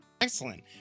Excellent